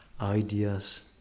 ideas